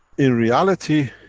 in reality,